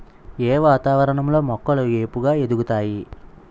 ఏ వాతావరణం లో మొక్కలు ఏపుగ ఎదుగుతాయి?